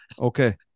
Okay